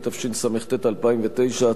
התשס"ט 2009,